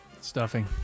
Stuffing